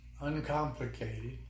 uncomplicated